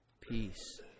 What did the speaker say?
peace